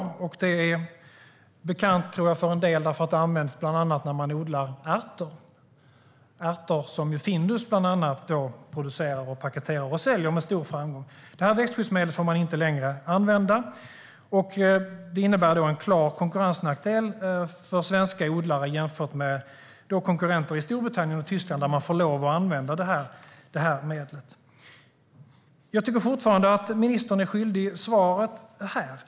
Det tror jag är bekant för en del, för det används bland annat när man odlar ärtor - som ju bland annat Findus producerar, paketerar och säljer med stor framgång. Detta växtskyddsmedel får man inte längre använda, vilket innebär en klar konkurrensnackdel för svenska odlare jämfört med konkurrenter i Storbritannien och Tyskland, där man får lov att använda medlet. Jag tycker fortfarande att ministern är svaret skyldig här.